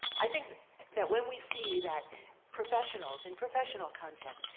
i think that when we see that professionals, in professional contexts,